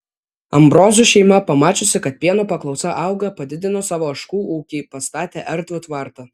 ambrozų šeima pamačiusi kad pieno paklausa auga padidino savo ožkų ūkį pastatė erdvų tvartą